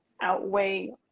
outweigh